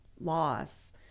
loss